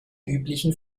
üblichen